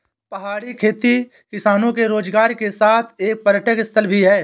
पहाड़ी खेती किसानों के रोजगार के साथ एक पर्यटक स्थल भी है